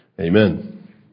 amen